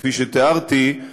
כפי שתיארתי,